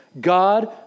God